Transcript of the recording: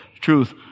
truth